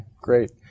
great